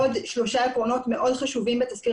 עוד שלושה עקרונות מאוד חשובים בתסקיר